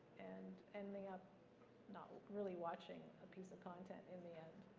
and ending up not really watching a piece of content in the end.